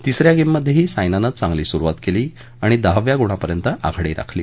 तिसऱ्या गेममध्येही सायनानं चांगली सुरुवात केली आणि दहाव्या गुणापर्यंत आघाडी राखली